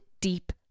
deep